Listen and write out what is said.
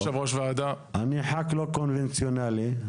אני ח"כ לא קונבנציונלי,